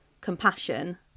compassion